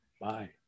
Bye